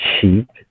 cheap